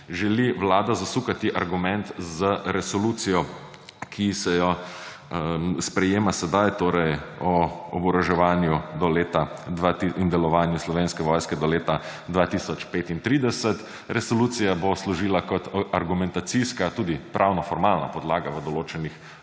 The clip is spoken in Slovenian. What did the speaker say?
želi Vlada zasukati argument z resolucijo, ki se jo sprejema sedaj, torej o oboroževanju in delovanju Slovenske vojske do leta 2035. Resolucija bo služila kot argumentacijska, tudi pravnoformalna podlaga v določenih